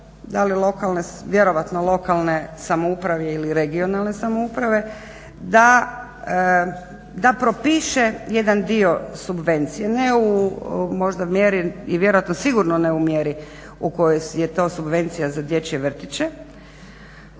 vjerojatno lokalne samouprave ili regionalne samouprave, da propiše jedan dio subvencije, ne u možda mjeri i vjerojatno sigurno ne u mjeri u kojoj je to subvencija za dječje vrtiće